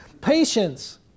Patience